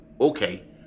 Okay